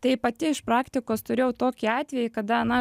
tai pati iš praktikos turėjau tokį atvejį kada na